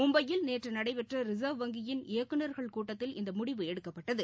மும்பையில் நேற்றுநடைபெற்றரின்வ் வங்கியின் இயக்குநா்கள் கூட்டத்தில் இந்தமுடிவு எடுக்கப்பட்டது